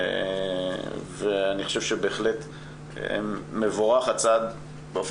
אני חושב שבהחלט מבורך הצעד שבאופן